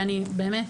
ואני באמת,